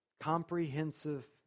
comprehensive